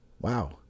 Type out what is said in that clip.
Wow